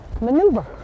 maneuver